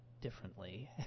differently